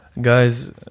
Guys